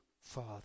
Father